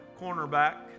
cornerback